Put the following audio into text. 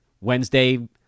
Wednesday